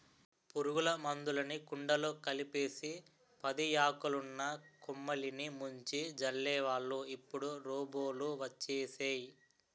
పురుగుల మందులుని కుండలో కలిపేసి పదియాకులున్న కొమ్మలిని ముంచి జల్లేవాళ్ళు ఇప్పుడు రోబోలు వచ్చేసేయ్